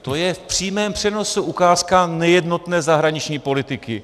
To je v přímém přenosu ukázka nejednotné zahraniční politiky.